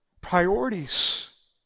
priorities